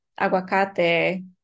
aguacate